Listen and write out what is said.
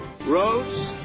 Rose